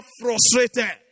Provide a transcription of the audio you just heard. frustrated